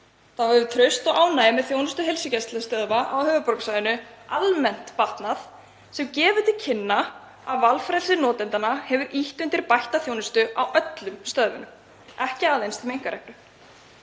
Þá hefur traust og ánægja með þjónustu heilsugæslustöðva á höfuðborgarsvæðinu almennt batnað sem gefur til kynna að valfrelsi notendanna hafi ýtt undir bætta þjónustu á öllum stöðvum, ekki aðeins þeim einkareknu.